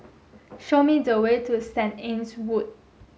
show me the way to Saint Anne's Wood